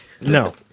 no